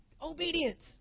Obedience